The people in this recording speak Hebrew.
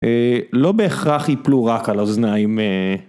לא בהכרח ייפלו רק על אוזניים.